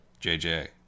JJ